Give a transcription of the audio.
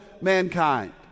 mankind